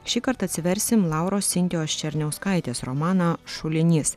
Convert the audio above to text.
šįkart atsiversim lauros sintijos černiauskaitės romaną šulinys